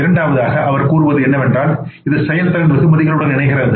இரண்டாவதாக அவர் கூறுவது என்னவென்றால் இது செயல்திறனை வெகுமதிகளுடன் இணைக்கிறது